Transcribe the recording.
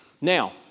Now